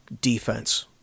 defense